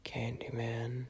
Candyman